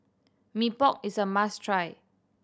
Mee Pok is a must try